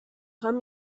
خوام